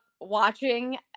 watching